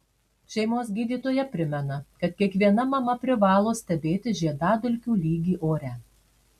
šeimos gydytoja primena kad kiekviena mama privalo stebėti žiedadulkių lygį ore